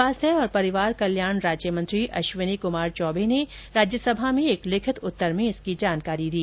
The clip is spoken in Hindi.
स्वास्थ्य और परिवार कल्याण राज्यमंत्री अश्विनी कुमार चौबे ने राज्य सभा में एक लिखित उत्तर में इसकी जानकारी दी